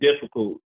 difficult